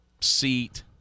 seat